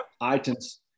items